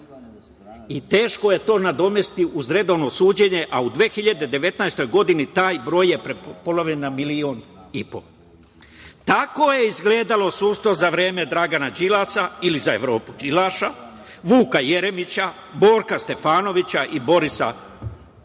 i teško je to nadomestiti uz redovno suđenje, a u 2019. godini, taj broj je prepolovljen na milion i po. Tako je izgledalo sudstvo za vreme Dragana Đilasa ili za Evropu Đilaša, Vuka Jeremića, Borka Stefanovića i Borisa Tadića.